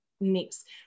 next